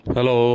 Hello